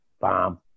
Bomb